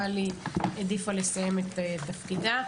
אבל היא העדיפה לסיים את תפקידה.